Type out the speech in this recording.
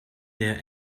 der